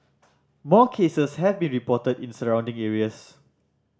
more cases have been reported in surrounding areas